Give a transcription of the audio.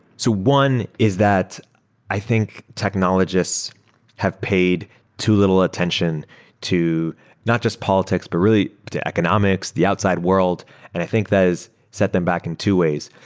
so one is that i think technologists have paid too little attention to not just politics, but really the economics, the outside world, and i think that has set them back in two ways.